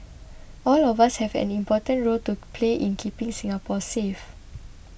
all of us have an important role to play in keeping Singapore safe